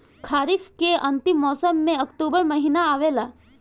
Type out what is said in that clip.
खरीफ़ के अंतिम मौसम में अक्टूबर महीना आवेला?